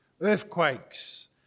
earthquakes